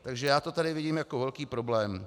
Takže já to tady vidím jako velký problém.